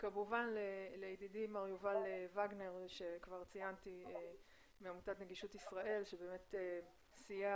כמובן לידידי יובל וגנר מעמותת נגישות ישראל שבאמת סייע